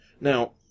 Now